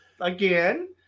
Again